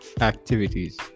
activities